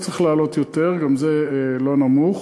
לא צריך לעלות יותר, גם זה לא נמוך,